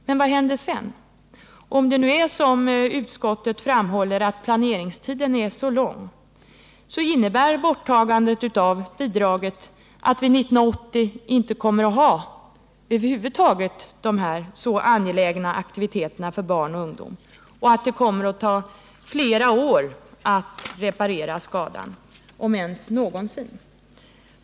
Men vad händer sedan? Om det nu är så som utskottet framhåller att planeringstiden är lång, så innebär borttagandet av bidraget att vi 1980 över huvud taget inte kommer att ha dessa så angelägna aktiviteter för barn och ungdom och att det kommer att ta flera år att reparera skadan, om det ens går att göra det någonsin.